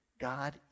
God